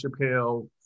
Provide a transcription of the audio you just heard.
Chappelle